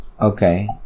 Okay